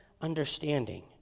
understanding